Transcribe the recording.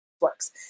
works